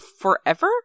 forever